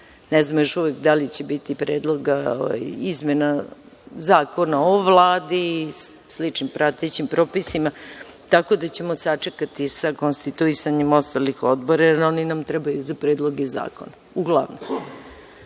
Ne znam još uvek da li će biti predloga izmena Zakona o Vladi i sličnim pratećim propisima, tako da ćemo sačekati sa konstituisanjem ostalih odbora, jer oni nam trebaju za predloge zakona, uglavnom. Da